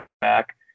back